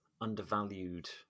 undervalued